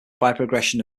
progression